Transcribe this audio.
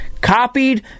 copied